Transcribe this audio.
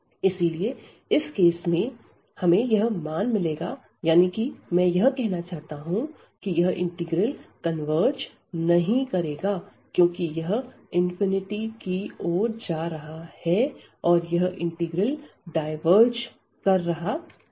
इसीलिए इस केस में हमें यह मान मिलेगा यानी कि मैं यह कहना चाहता हूं कि यह इंटीग्रल कन्वर्ज नहीं करेगा क्योंकि यह की ओर जा रहा है और यह इंटीग्रल डायवर्ज कर रहा है